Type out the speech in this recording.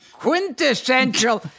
quintessential